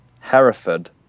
Hereford